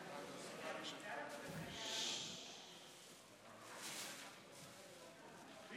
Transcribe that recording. (חברי הכנסת מכבדים בקימה את זכרו של חבר הכנסת אילן גילאון.) תודה.